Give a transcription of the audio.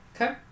Okay